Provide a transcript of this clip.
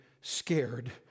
scared